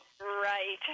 Right